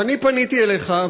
ואני פניתי אליך,